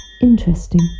Interesting